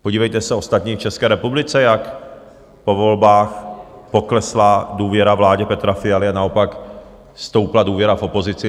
Podívejte se ostatně v České republice, jak po volbách poklesla důvěra vládě Petra Fialy a naopak stoupla důvěra v opozici.